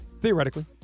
Theoretically